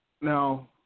Now